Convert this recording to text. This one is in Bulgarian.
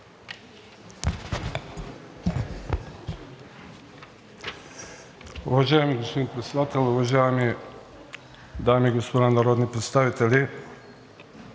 Уважаеми господин Председател, уважаеми дами и господа народни представители,